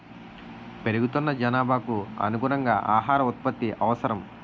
పెరుగుతున్న జనాభాకు అనుగుణంగా ఆహార ఉత్పత్తి అవసరం